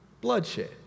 bloodshed